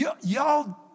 Y'all